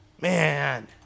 man